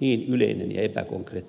niin yleinen ja epäkonkreettinen se on